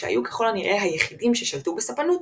שהיו ככל הנראה היחידים ששלטו בספנות,